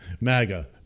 MAGA